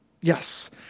Yes